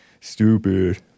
Stupid